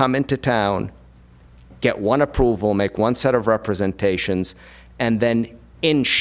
come into town get one approval make one set of representation and then inch